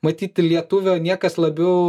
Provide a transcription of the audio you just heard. matyt lietuvio niekas labiau